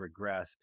regressed